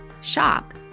shop